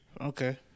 Okay